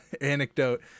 anecdote